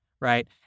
right